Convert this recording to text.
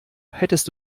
hättest